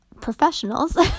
professionals